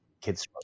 kids